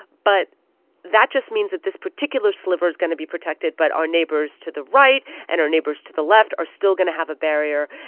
but that just means that this particular sliver is going to be protected. but our neighbors to the right and our neighbors to the left are still going to have a barrier.